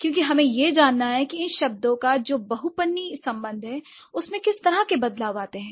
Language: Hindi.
क्योंकि हमें यह जानना है की इन शब्दों का जो बहुपत्नी संबंध है उसमें किस तरह के बदलाव आते हैं